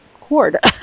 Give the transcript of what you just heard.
cord